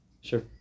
Sure